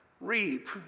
reap